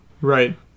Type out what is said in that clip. Right